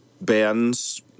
bands